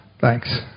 Thanks